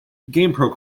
gamepro